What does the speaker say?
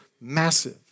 massive